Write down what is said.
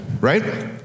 Right